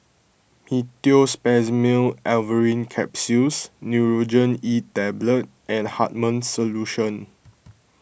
Meteospasmyl Alverine Capsules Nurogen E Tablet and Hartman's Solution